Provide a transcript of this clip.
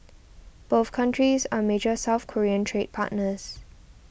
both countries are major South Korean trade partners